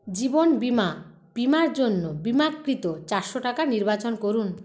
জীবন বীমা বীমার জন্য বীমাকৃত চারশো টাকা নির্বাচন করুন